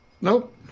Nope